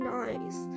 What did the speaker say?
nice